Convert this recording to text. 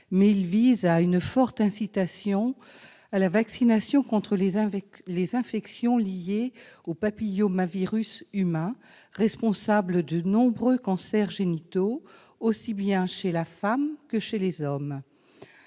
mais d'inciter fortement à la vaccination contre les infections liées aux papillomavirus humains, le HPV, responsable de nombreux cancers génitaux, aussi bien chez les femmes que chez les hommes.